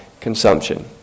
consumption